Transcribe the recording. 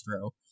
throw